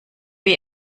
wie